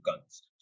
guns